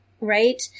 Right